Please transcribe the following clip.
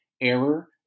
error